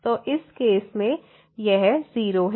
तो इस केस में यह 0 है